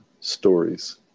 stories